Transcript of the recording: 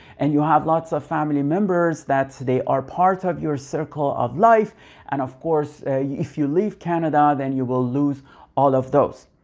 and you have lots of family members that they are part of your circle of life and of course if you leave canada then you will lose all of those.